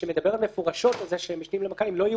שמדברת מפורשת על זה שמשנים למנכ"לים לא יהיו